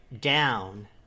down